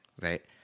right